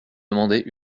demander